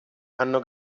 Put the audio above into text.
hanno